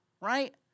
right